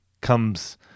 comes